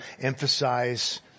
emphasize